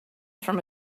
from